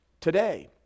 today